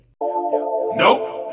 nope